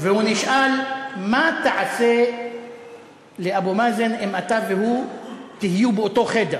והוא נשאל: מה תעשה לאבו מאזן אם אתה והוא תהיו באותו חדר?